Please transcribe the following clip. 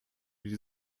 die